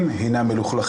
יש לנו אמנה ויש לנו כל מיני